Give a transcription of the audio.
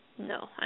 No